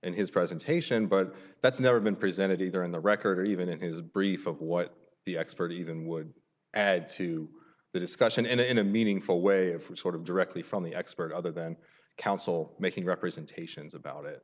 in his presentation but that's never been presented either in the record or even in his brief of what the expert even would add to the discussion and in a meaningful way of sort of directly from the expert other than counsel making representations about it